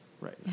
right